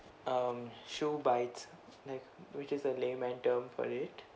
um shoe bites like which is a layman term for it